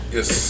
Yes